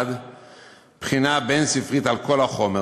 1. בחינה בית-ספרית על כל החומר,